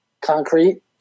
concrete